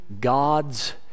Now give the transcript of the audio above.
God's